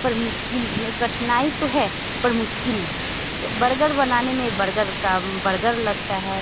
पर मुश्किल कठिनाई तो है पर मुश्किल नहीं बर्गर बनाने में बर्गर का बर्गर लगता है